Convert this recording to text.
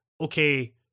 Okay